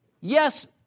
Yes